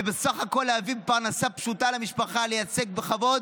ובסך הכול להביא פרנסה פשוטה למשפחה ולייצג בכבוד.